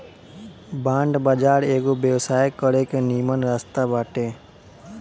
bond बाजार एगो व्यवसाय करे के निमन रास्ता बाटे